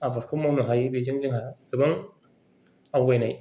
आबादखौ मावनो हायो बेजों जोंहा गोबां आवगायनाय